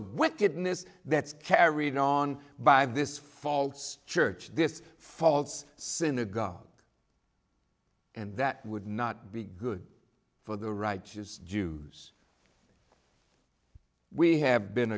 wickedness that's carried on by this false church this false synagogue and that would not be good for the righteous jews we have been